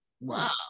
wow